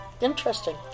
interesting